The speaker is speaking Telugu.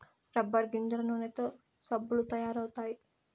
రబ్బర్ గింజల నూనెతో సబ్బులు తయారు అవుతాయి